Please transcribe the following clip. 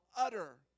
utter